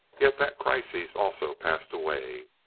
yet that crisis also passed away.